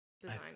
design